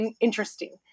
interesting